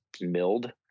milled